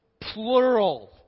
plural